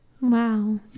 wow